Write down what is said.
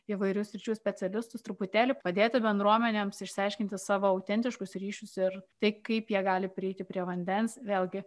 įvairių sričių specialistus truputėlį padėti bendruomenėms išsiaiškinti savo autentiškus ryšius ir tai kaip jie gali prieiti prie vandens vėlgi